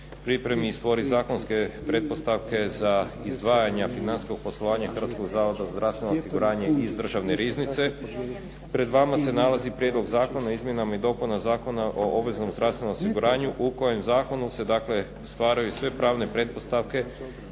pripremi i stvori zakonske pretpostavke za izdvajanja financijskog poslovanja Hrvatskog zavoda za zdravstveno osiguranje iz Državne riznice pred vama se nalazi prijedlog Zakona o izmjenama i dopuna Zakona o obveznom zdravstvenom osiguranju u kojem zakonu se dakle stvaraju sve pravne pretpostavke